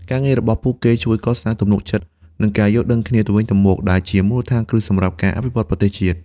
ការងាររបស់ពួកគេជួយកសាងទំនុកចិត្ត និងការយល់ដឹងគ្នាទៅវិញទៅមក ដែលជាមូលដ្ឋានគ្រឹះសម្រាប់ការអភិវឌ្ឍន៍ប្រទេសជាតិ។